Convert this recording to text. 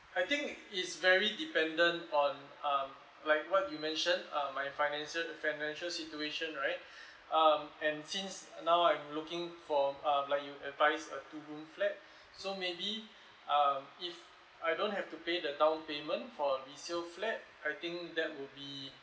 I think it's very dependent on um like what you mentioned uh my financial financial situation right um and since now I'm looking for uh like you advised a two room flat so maybe um if I don't have to pay the down payment for resale flat I think that will be